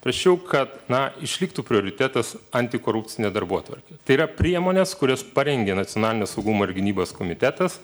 prašiau kad na išliktų prioritetas antikorupcinė darbotvarkė tai yra priemonės kurias parengė nacionalinio saugumo ir gynybos komitetas